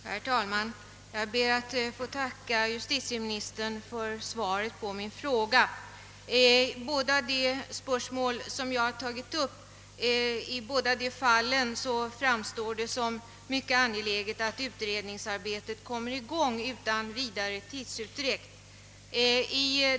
Herr talman! Jag ber att få tacka justitieministern för svaret på min fråga. I fråga om båda de spörsmål som jag har tagit upp framstår det som mycket angeläget att utredningsarbetet påbörjas utan vidare tidsutdräkt.